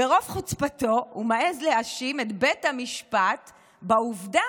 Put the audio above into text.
ברוב חוצפתו הוא מעז להאשים את בית המשפט בעובדה